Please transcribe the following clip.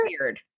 weird